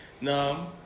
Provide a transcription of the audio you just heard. No